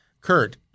kurt